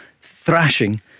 thrashing